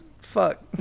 fuck